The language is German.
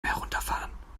herunterfahren